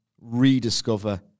rediscover